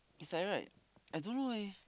is like right I don't know leh